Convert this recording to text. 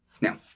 Now